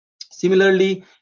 Similarly